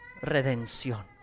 redención